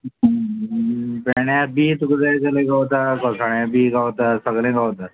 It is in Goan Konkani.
भेण्या बी तुका जाय जाल्यार गावता गोसाळ्या बी गावता सगले गावता